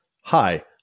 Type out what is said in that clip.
Hi